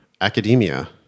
academia